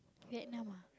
Vietnam ah